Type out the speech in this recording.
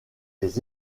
des